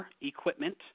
equipment